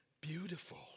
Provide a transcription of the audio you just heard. Beautiful